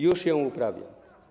Już ją uprawia.